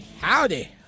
howdy